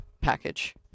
package